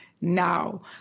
now